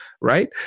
right